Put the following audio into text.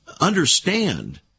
understand